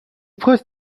put